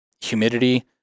humidity